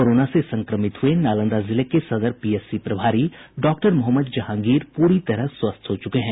corona से संक्रमित हुए नालंदा जिले के सदर पीएचसी प्रभारी डॉक्टर मोहम्मद जहांगीर प्ररी तरह स्वस्थ हो चुके हैं